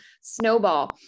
snowball